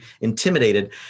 intimidated